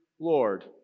Lord